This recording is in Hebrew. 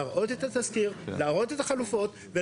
להראות את התסקיר ולהראות את החלופות.